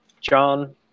John